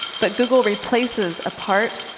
but google replaces, apart,